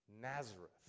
Nazareth